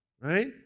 right